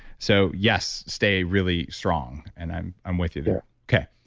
so yes, stay really strong and i'm i'm with you there okay.